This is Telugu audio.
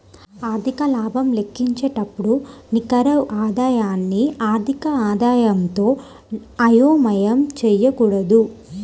ఆర్థిక లాభం లెక్కించేటప్పుడు నికర ఆదాయాన్ని ఆర్థిక ఆదాయంతో అయోమయం చేయకూడదు